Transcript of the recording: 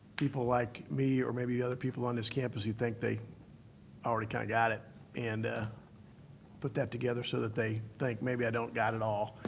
people like me or maybe other people on this campus who think they already kind of got it and put that together so that they think maybe i don't got it all.